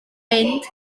mynd